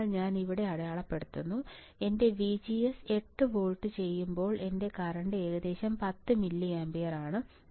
അതിനാൽ ഞാൻ ഇവിടെ അടയാളപ്പെടുത്തുന്നു എന്റെ VGS8 വോൾട്ട് ചെയ്യുമ്പോൾ എന്റെ കറന്റ് ഏകദേശം 10 മില്ലിയാംപിയറാണ്